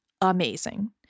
amazing